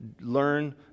Learn